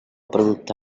producte